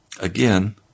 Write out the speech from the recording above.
again